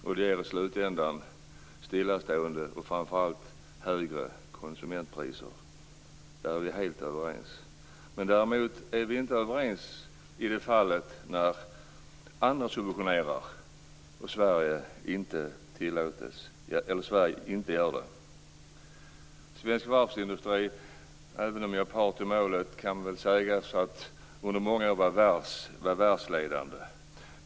Det leder i slutändan till stillastående och framför allt högre konsumentpriser. Där är vi helt överens. Däremot är vi inte överens i det fallet när andra subventionerar och Sverige inte gör det. Även om jag är part i målet kan jag väl säga att svensk varvsindustri var världsledande under många år.